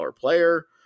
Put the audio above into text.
player